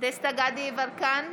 דסטה גדי יברקן,